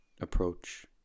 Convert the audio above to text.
approach